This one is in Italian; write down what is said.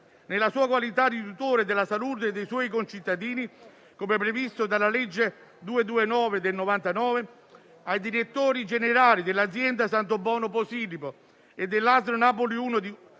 nella sua qualità di tutore della salute dei suoi concittadini, come previsto dalla legge n. 229 del 1999, ai direttori generali dell'azienda "Santobono-Pausilipon" e dell'ASL "Napoli 1" di Napoli